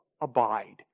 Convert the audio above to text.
abide